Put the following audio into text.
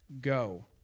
Go